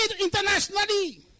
internationally